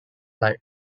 light